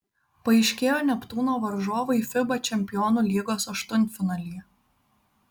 paaiškėjo neptūno varžovai fiba čempionų lygos aštuntfinalyje